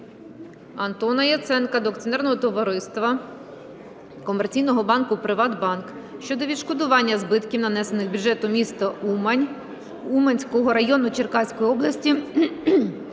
Антона Яценка до Акціонерного товариства Комерційного банку "ПриватБанк" щодо відшкодування збитків, нанесених бюджету міста Умань Уманського району Черкаської області